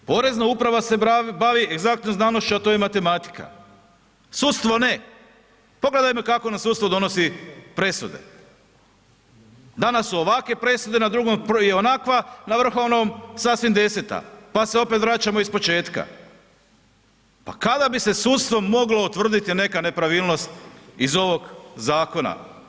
Porezna uprava se bavi egzaktnom znanošću, a to je matematika, sudstvo ne, pogledajmo kako nam sudstvo donosi presude, danas su ovakve presude, na drugom … [[Govornik se ne razumije]] na Vrhovnom sasvim deseta, pa se opet vraćamo ispočetka, pa kada bi se sudstvom mogla utvrditi neka nepravilnost iz ovog zakona?